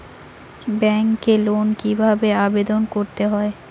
ব্যাংকে লোন কিভাবে আবেদন করতে হয়?